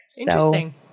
Interesting